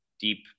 deep